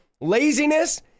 laziness